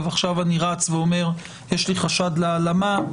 עכשיו אני רץ ואומר: יש לי חשד להעלמה.